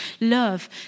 love